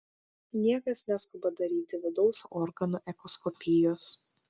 niekas neskuba daryti vidaus organų echoskopijos